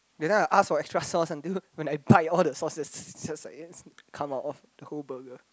that time I ask for extra sauce until when I bite all the sauce just come out of the whole burger